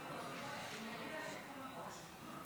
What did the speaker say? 33 בעד, אין מתנגדים, אין